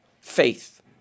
faith